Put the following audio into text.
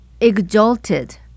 exalted